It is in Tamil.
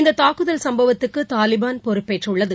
இந்த தாக்குதல் சம்பவத்துக்கு தாலிபான் பொறுப்பேற்றுள்ளது